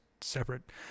separate